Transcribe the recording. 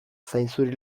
zainzuri